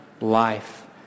life